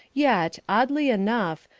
yet, oddly enough,